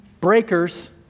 breakers